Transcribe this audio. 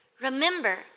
Remember